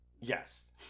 Yes